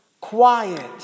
Quiet